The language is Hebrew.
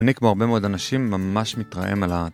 אני כמו הרבה מאוד אנשים ממש מתרעם על ה.